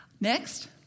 Next